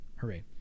Hooray